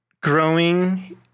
growing